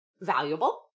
valuable